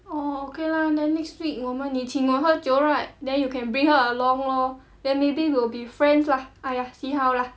orh okay lah then next week 我们你清我喝酒 right then you can bring her along lor then maybe we will be friends lah !aiya! see how lah